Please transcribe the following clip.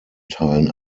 teilen